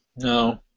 No